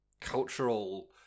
cultural